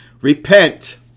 Repent